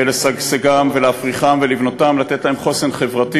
לשגשגם, להפריחם, לבנותם ולתת להם חוסן חברתי